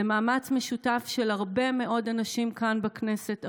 זה מאמץ משותף של הרבה מאוד אנשים כאן בכנסת,